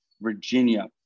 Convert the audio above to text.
Virginia